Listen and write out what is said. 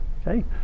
Okay